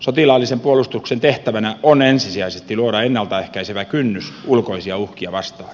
sotilaallisen puolustuksen tehtävänä on ensisijaisesti luoda ennalta ehkäisevä kynnys ulkoisia uhkia vastaan